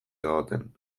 egoten